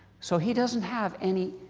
so, he doesn't have any